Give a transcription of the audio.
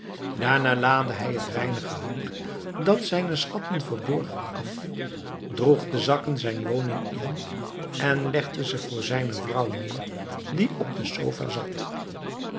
daarna laadde hij het weinige hout dat zijne schatten verborg af droeg de zakken zijn woning in en legde ze voor zijne vrouw neer die op de sofa zat